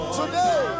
today